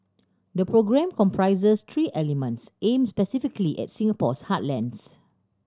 the programme comprises three elements aimed specifically at Singapore's heartlands